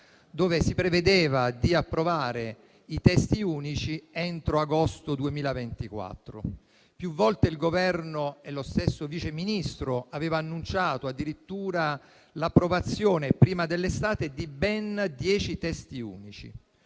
cui si prevedeva di approvare i testi unici entro agosto 2024. Più volte il Governo e lo stesso Vice Ministro avevano annunciato addirittura l'approvazione prima dell'estate di ben dieci testi unici.